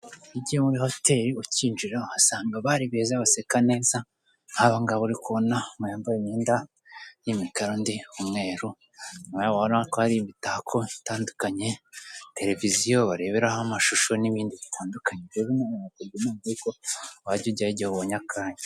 Iyo ugiye muri hoteli ukinjira uhasanga abari beza baseka neza, nk'abangaba uri kubona umwe wambaye imyenda y'imikara undi umweru, nkaha urabona ko hari imitako itandukanye, televiziyo ureberaho amashusho n'ibindi bitandukanye, rero inama nakugira ni uko wajya ujyayo igihe ubonye akanya.